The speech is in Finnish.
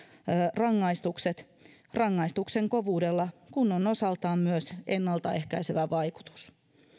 rangaistukset rangaistuksen kovuudella kun on osaltaan myös ennaltaehkäisevä vaikutus